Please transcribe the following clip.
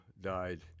died